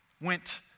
Went